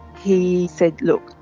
he said, look,